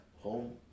home